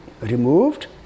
removed